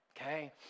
okay